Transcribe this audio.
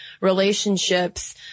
relationships